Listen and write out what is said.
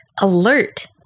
alert